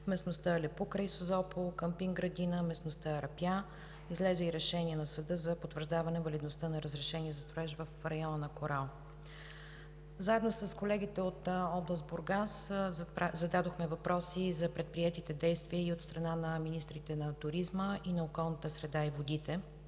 местността Алепу край Созопол, къмпинг „Градина“, местността Арапя. Излезе и решение на съда за потвърждаване валидността на разрешение за строеж в района на Корал. Заедно с колегите от област Бургас зададохме въпроси за предприетите действия и от страна на министрите на туризма и на околната среда и водите.